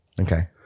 Okay